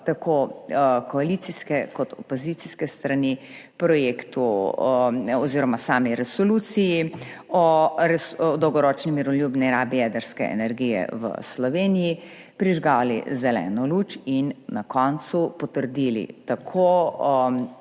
tako koalicijske kot opozicijske strani projektu oziroma sami resoluciji o dolgoročni miroljubni rabi jedrske energije v Sloveniji prižgali zeleno luč in na koncu potrdili